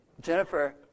Jennifer